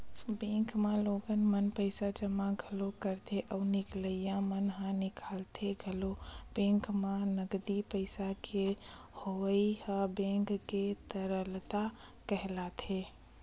bank म लोगन मन पइसा जमा घलोक करथे अउ निकलइया मन ह निकालथे घलोक बेंक म नगदी पइसा के होवई ह बेंक के तरलता कहलाथे